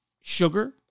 sugar